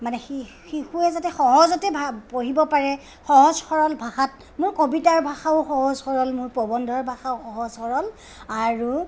মানে শি শিশুৱে যাতে সহজতে ভা পঢ়িব পাৰে সহজ সৰল ভাষাত মোৰ কবিতাৰ ভাষাও সহজ সৰল মোৰ প্ৰবন্ধৰ ভাষাও সহজ সৰল আৰু